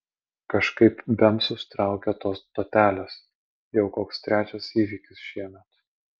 kažkaip bemsus traukia tos stotelės jau koks trečias įvykis šiemet